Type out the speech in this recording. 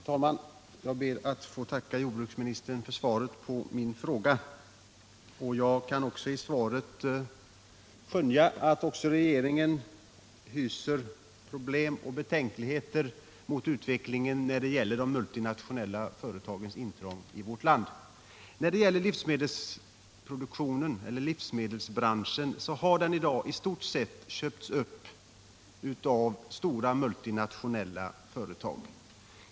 Herr talman! Jag ber att få tacka jordbruksministern för svaret på min fråga. Av detta kan jag skönja att också regeringen är medveten om problemen och hyser betänkligheter mot utvecklingen när det gäller de multinationella företagens intrång i vårt land. Livsmedelsbranschen har i dag i stort sett köpts upp av stora multinationella företag.